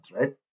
right